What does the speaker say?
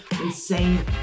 insane